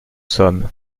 sommes